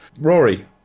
Rory